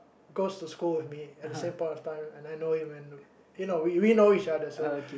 goes to school with me at the same point of time and I know him and you know we we know each other so